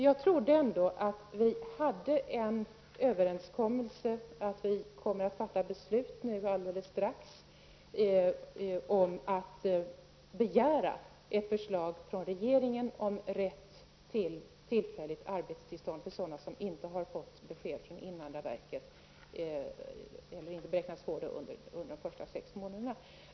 Jag trodde ändå att vi hade träffat en överenskommelse -- och att vi alldeles strax skulle fatta ett beslut -- om att begära ett förslag från regeringen om rätt till tillfälligt arbetstillstånd för sådana personer som inte beräknas få besked från invandrarverket under de första sex månaderna.